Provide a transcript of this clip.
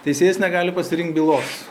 teisėjas negali pasirinkt bylos